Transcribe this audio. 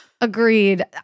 Agreed